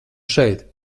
šeit